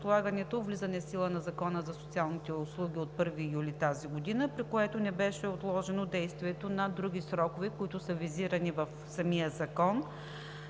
влизането в сила на Закона за социалните услуги от 1 юли тази година, при което не беше отложено действието на други срокове, които са визирани в самия закон.